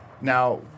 Now